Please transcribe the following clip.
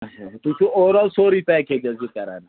اچھا تُہۍ چھُو اوٚوَر آل سورٕے پٮ۪کیج حظ یہِ کران